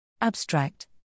Abstract